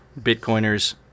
Bitcoiners